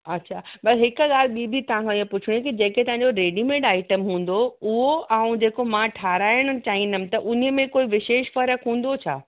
अच्छा बसि हिक ॻाल्हि ॿी बि तव्हांखां पुछिणी हुई जेके तव्हांजो रेडीमेड आइटम हूंदो उहो ऐं जेको मां ठहाराइण चाहींदमि त उन में कोई विशेष फ़रकु हूंदो छा